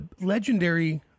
legendary